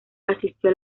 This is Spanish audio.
asistió